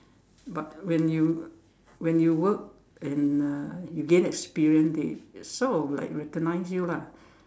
but when you when you work and uh you gain experience they sort of like recognise you lah